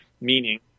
meaning